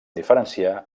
diferenciar